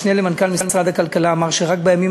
המשנה למנכ"ל משרד הכלכלה אמר: רק בימים